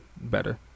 better